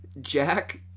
jack